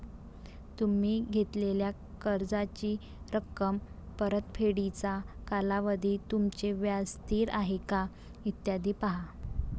तुम्ही घेतलेल्या कर्जाची रक्कम, परतफेडीचा कालावधी, तुमचे व्याज स्थिर आहे का, इत्यादी पहा